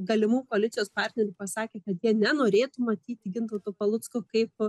galimų koalicijos partnerių pasakę kad jie nenorėtų matyti gintauto palucko kaip